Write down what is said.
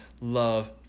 Love